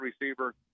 receiver